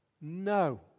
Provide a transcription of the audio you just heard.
No